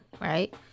right